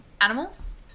animals